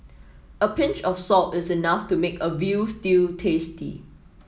a pinch of salt is enough to make a veal stew tasty